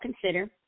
consider